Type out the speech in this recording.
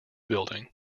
building